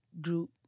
group